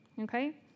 okay